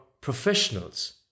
professionals